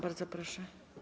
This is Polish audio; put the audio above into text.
Bardzo proszę.